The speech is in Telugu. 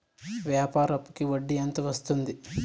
వ్యాపార అప్పుకి వడ్డీ ఎంత వస్తుంది?